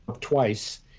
twice